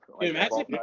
Imagine